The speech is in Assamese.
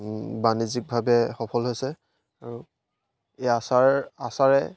বাণিজ্যিকভাৱে সফল হৈছে আৰু এই আচাৰ আচাৰে